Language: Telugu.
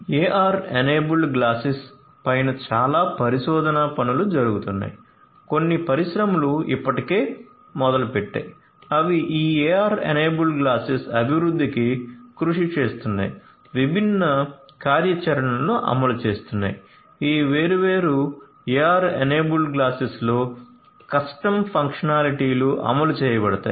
AR ఎనేబుల్డ్ గ్లాసెస్ పైన చాలా పరిశోధన పనులు జరుగుతున్నాయి కొన్ని పరిశ్రమలు ఇప్పటికే మొదలుపెట్టాయి అవి ఈ AR ఎనేబుల్డ్ గ్లాసెస్ అభివృద్ధికి కృషి చేస్తున్నాయి విభిన్న కార్యాచరణలను అమలు చేస్తున్నాయి ఈ వేర్వేరు AR ఎనేబుల్డ్ గ్లాసెస్లో కస్టమ్ ఫంక్షనాలిటీలు అమలు చేయబడతాయి